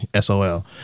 SOL